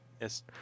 Yes